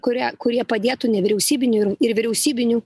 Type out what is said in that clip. kurie kurie padėtų nevyriausybinių ir ir vyriausybinių